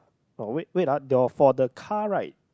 oh wait wait ah you for the car right